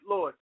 Lord